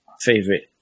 favorite